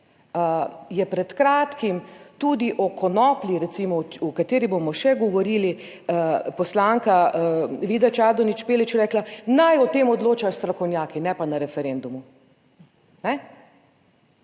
je pred kratkim tudi o konoplji recimo, v kateri bomo še govorili, poslanka Vida Čadonič Špelič rekla naj o tem odločajo strokovnjaki, ne pa na referendumu.